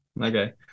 okay